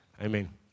Amen